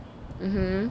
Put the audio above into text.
mmhmm